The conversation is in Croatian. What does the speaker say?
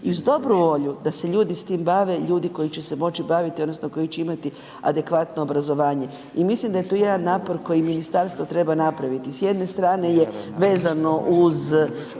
uz dobru volju da se ljudi s tim bave, ljudi koji će se moći baviti, odnosno koji će imati adekvatno obrazovanje. I mislim da je tu jedan napor koji ministarstvo treba napraviti, s jedne strane je vezano uopće